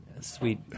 sweet